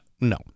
no